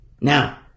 Now